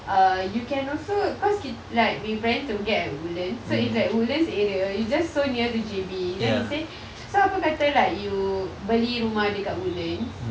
err you can also cause kita like we planning to get at woodlands so it's like woodlands area is just so near to J_B then she say so aku kata like you beli rumah dekat woodlands